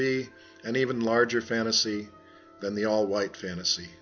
be an even larger fantasy than the all white fantasy